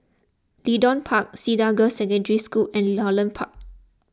Leedon Park Cedar Girls' Secondary School and Holland Park